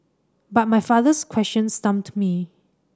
but my father's question stumped me